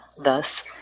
thus